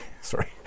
Sorry